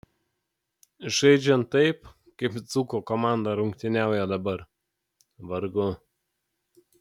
žaidžiant taip kaip dzūkų komanda rungtyniauja dabar vargu